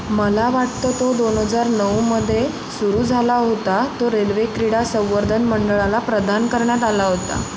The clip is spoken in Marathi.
मला वाटतं तो दोन हजार नऊमध्ये सुरू झाला होता तो रेल्वे क्रीडा संवर्धन मंडळाला प्रदान करण्यात आला होता